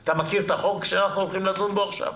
אתה מכיר את הצעת החוק שאנחנו הולכים לדון בה עכשיו?